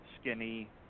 skinny